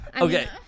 Okay